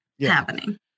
happening